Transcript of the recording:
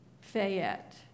Fayette